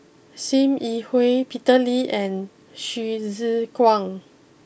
Sim Yi Hui Peter Lee and Hsu Tse Kwang